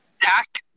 Dak